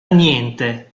niente